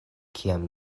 kiam